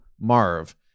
Marv